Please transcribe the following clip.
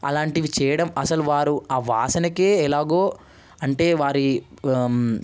అలాంటివి చేయడం అసలు వారు వాసనకే ఎలాగో అంటే వారికి